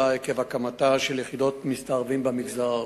עקב הקמתן של יחידות מסתערבים במגזר הערבי.